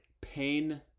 Pain